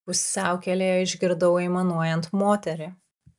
pusiaukelėje išgirdau aimanuojant moterį